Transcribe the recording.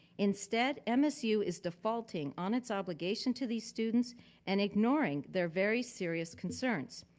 instead msu is defaulting on its obligation to these students and ignoring their very serious concerns.